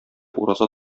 ураза